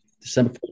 december